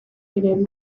ziren